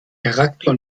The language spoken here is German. charakter